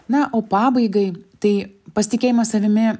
na o pabaigai tai pasitikėjimas savimi